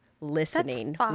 listening